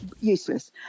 useless